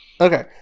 Okay